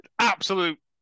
absolute